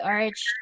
arch